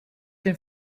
den